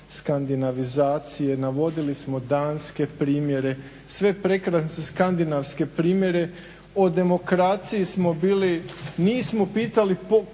skandinavizacije, navodili smo danske primjere, sve skandinavske primjere. O demokraciji smo bili nismo pitali